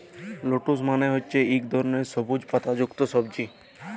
lettuce মালে হছে ইক ধরলের সবুইজ পাতা যুক্ত সবজি